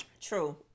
True